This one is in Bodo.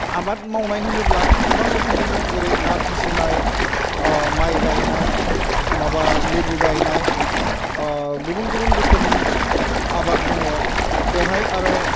आबाद मावनाय होनोब्ला गोबां रोखोमनि दं जेरै ना फिसिनाय माइ गायनाय माबा लेबु गायनाय गुबुन गुबुन रोखोमनि आबाद दङ बेवहाय आरो